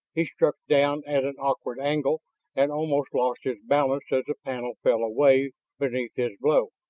he struck down at an awkward angle and almost lost his balance as the panel fell away beneath his blow.